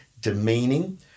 demeaning